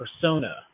persona